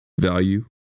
value